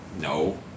No